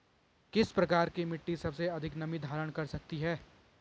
किस प्रकार की मिट्टी सबसे अधिक नमी धारण कर सकती है?